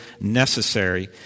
necessary